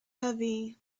heavy